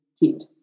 hit